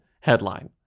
headline